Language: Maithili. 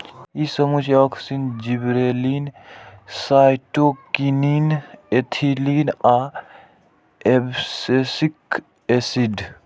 ई समूह छियै, ऑक्सिन, जिबरेलिन, साइटोकिनिन, एथिलीन आ एब्सिसिक एसिड